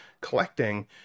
collecting